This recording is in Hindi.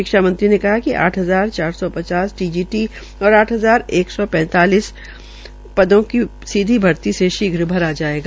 शिक्षा मंत्री ने कहा कि आठ हजार चार सौ पचास टीजीटी और एक हजार एक सौ पैंतालिस पीजीटी पदों को सीधी भर्ती से शीघ्र भरा जायेगा